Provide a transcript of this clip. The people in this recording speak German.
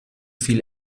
viel